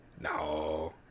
No